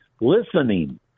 listening